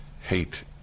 hate